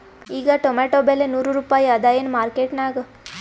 ಈಗಾ ಟೊಮೇಟೊ ಬೆಲೆ ನೂರು ರೂಪಾಯಿ ಅದಾಯೇನ ಮಾರಕೆಟನ್ಯಾಗ?